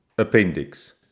Appendix